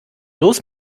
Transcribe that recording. los